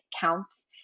counts